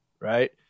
Right